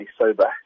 sober